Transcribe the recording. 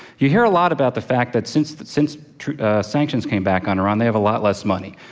you hear a lot about the fact that since that since sanctions came back on iran they have a lot less money.